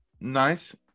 nice